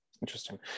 Interesting